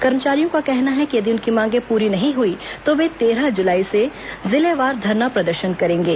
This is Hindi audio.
कर्मचारियों का कहना है कि यदि उनकी मांगे पूरी नहीं हुई तो वे तेरह जुलाई से जिलेवार धरना प्रदर्शन करेंगे